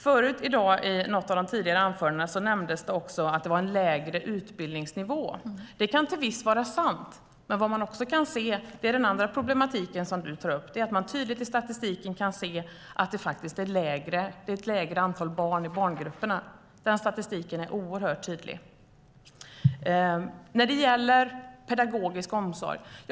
Förut i dag nämndes det att det var en lägre utbildningsnivå. Det kan till viss del vara sant, men vad man tydligt kan se gällande den andra problematik som Rossana tar upp är att enligt statistiken är antalet barn i barngrupperna mindre. Den statistiken är oerhört tydlig. Så till pedagogisk omsorg.